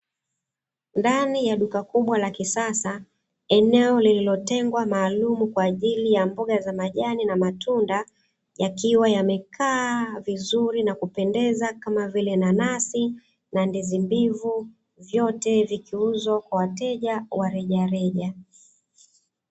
Ndani ya duka kubwa la kisasa, eneo lililotengwa maalumu kwa ajili ya mboga za majani na matunda, yakiwa yamekaa vizuri na kupendeza kama vile nanasi na ndizi mbivu, vyote vikiuzwa kwa wateja wa rejareja.